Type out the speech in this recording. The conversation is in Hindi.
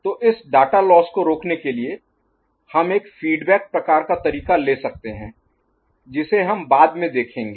तो इस डाटा लोस्स को रोकने के लिए हम एक फीडबैक प्रकार का तरीका ले सकते हैं जिसे हम बाद में देखेंगे